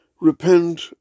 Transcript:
repent